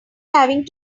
having